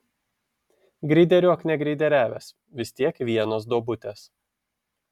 greideriuok negreideriavęs vis tiek vienos duobutės